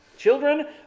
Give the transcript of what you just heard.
Children